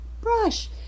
brush